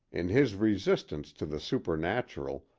in his resistance to the supernatural,